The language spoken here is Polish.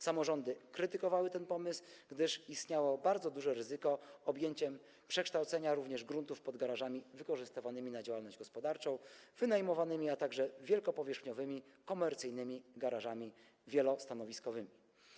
Samorządy krytykowały ten pomysł, gdyż istniało bardzo duże ryzyko objęcia przekształceniem również gruntów pod garażami wykorzystywanymi na działalność gospodarczą, wynajmowanymi, a także wielkopowierzchniowymi komercyjnymi garażami wielostanowiskowymi.